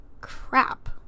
crap